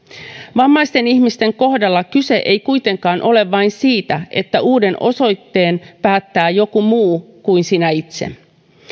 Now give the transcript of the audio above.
vammaisten ihmisten kohdalla kyse ei kuitenkaan ole vain siitä että uuden osoitteen päättää joku muu kuin sinä itse